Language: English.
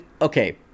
okay